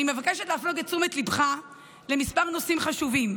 אני מבקשת להפנות את תשומת ליבך לכמה נושאים חשובים: